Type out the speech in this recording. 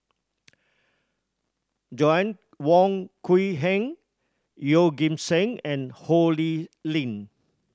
Joanna Wong Quee Heng Yeoh Ghim Seng and Ho Lee Ling